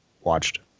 watched